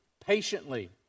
patiently